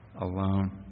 alone